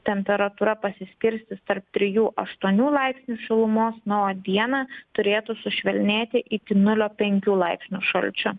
temperatūra pasiskirstys tarp trijų aštuonių laipsnių šilumos na o dieną turėtų sušvelnėti iki nulio penkių laipsnių šalčio